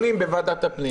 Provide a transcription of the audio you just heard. בוועדת הפנים.